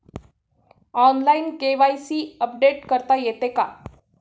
Online KYC update करता येते का?